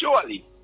surely